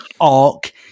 arc